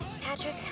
Patrick